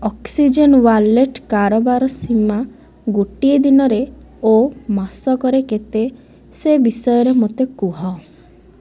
oxygen wallet କାରବାର ସୀମା ଗୋଟିଏ ଦିନରେ ଓ ମାସକରେ କେତେ ସେ ବିଷୟରେ ମୋତେ କୁହ